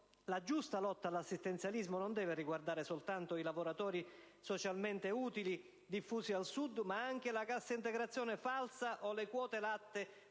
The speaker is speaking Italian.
la giusta lotta all'assistenzialismo non deve riguardare soltanto i lavoratori socialmente utili, diffusi al Sud, ma anche la cassa integrazione falsa o le quote latte,